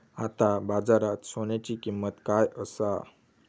आता बाजारात सोन्याची किंमत काय असा?